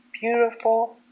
beautiful